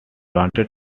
wanted